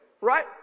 right